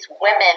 women